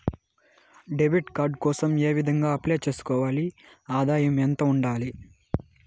Debit card కోసం ఏ విధంగా అప్లై సేసుకోవాలి? ఆదాయం ఎంత ఉండాలి?